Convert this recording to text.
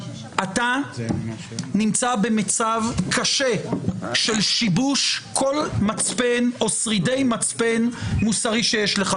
אתה נמצא במצב קשה של שיבוש כל מצפן או שרידי מצפן מוסרי שיש לך.